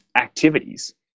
activities